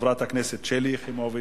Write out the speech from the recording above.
חברת הכנסת שלי יחימוביץ,